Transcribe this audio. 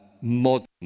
modern